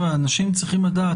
אנשים צריכים לדעת,